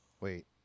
Wait